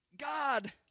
God